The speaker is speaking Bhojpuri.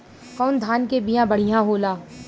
कौन धान के बिया बढ़ियां होला?